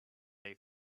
they